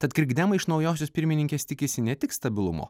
tad krikdemai iš naujosios pirmininkės tikisi ne tik stabilumo